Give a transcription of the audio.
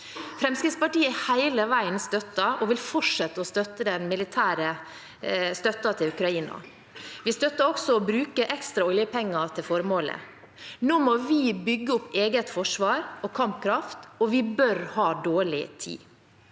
Fremskrittspartiet har hele veien støttet og vil fortsette å støtte den militære støtten til Ukraina. Vi støtter også å bruke ekstra oljepenger til formålet. Nå må vi bygge opp eget forsvar og kampkraft, og vi bør ha dårlig tid.